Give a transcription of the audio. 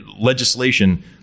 legislation